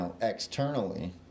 externally